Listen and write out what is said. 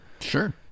Sure